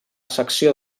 secció